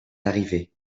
arrivé